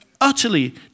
utterly